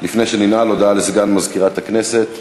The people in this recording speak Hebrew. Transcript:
לוועדת העבודה,